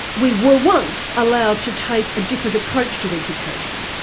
we were once allowed to take a different approach to education,